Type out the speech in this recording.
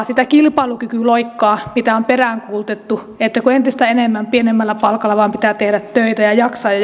sitä kilpailukykyloikkaa mitä on peräänkuulutettu että entistä enemmän pienemmällä palkalla vain pitää tehdä töitä ja jaksaa ja